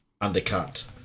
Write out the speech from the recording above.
undercut